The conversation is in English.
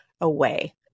away